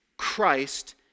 Christ